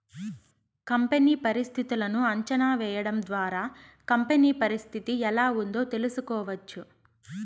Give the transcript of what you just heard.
company పరిస్థితులను అంచనా వేయడం ద్వారా కంపెనీ పరిస్థితి ఎలా ఉందో తెలుసుకోవచ్చు